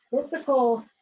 physical